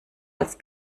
als